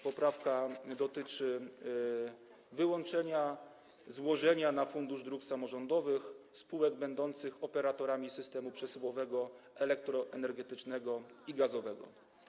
Poprawka dotyczy wyłączenia ze złożenia na Fundusz Dróg Samorządowych spółek będących operatorami systemu przesyłowego elektroenergetycznego i gazowego.